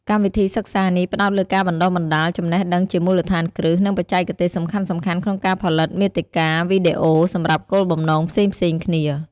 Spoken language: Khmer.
កម្មវិធីសិក្សានេះផ្ដោតលើការបណ្ដុះបណ្ដាលចំណេះដឹងជាមូលដ្ឋានគ្រឹះ និងបច្ចេកទេសសំខាន់ៗក្នុងការផលិតមាតិកាវីដេអូសម្រាប់គោលបំណងផ្សេងៗគ្នា។